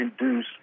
induce